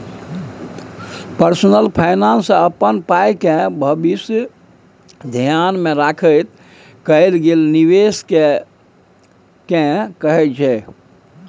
personal finance अपन पाइके भबिस धेआन मे राखैत कएल गेल निबेश केँ कहय छै